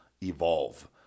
evolve